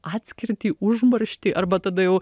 atskirtį užmarštį arba tada jau